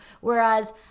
Whereas